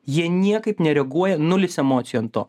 jie niekaip nereaguoja nulis emocijų ant to